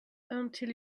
until